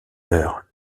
heures